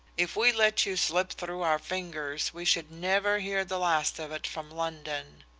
if we let you slip through our fingers, we should never hear the last of it from london.